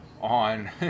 on